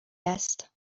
است